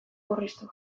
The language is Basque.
murriztu